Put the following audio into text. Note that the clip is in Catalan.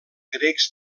grecs